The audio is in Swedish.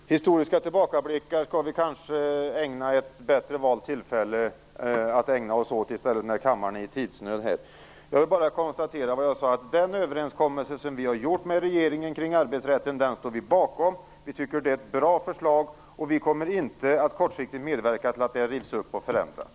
Fru talman! Historiska tillbakablickar skall vi kanske försöka hitta ett bättre valt tillfälle för att ägna oss åt än när kammaren är i tidsnöd. Den överenskommelse som vi har gjort med regeringen kring arbetsrätten står vi bakom. Vi tycker att det är ett bra förslag, och vi kommer inte att kortsiktigt medverka till att det rivs upp och förändras.